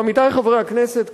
ועמיתי חברי הכנסת,